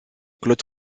claude